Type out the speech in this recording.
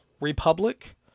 republic